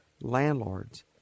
landlords